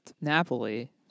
Napoli